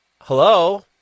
Hello